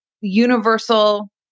universal